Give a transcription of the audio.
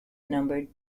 numbered